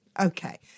Okay